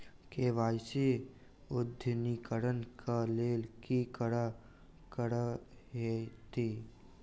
KYC अद्यतनीकरण कऽ लेल की करऽ कऽ हेतइ?